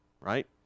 right